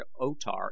otar